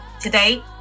today